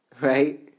right